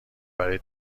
برای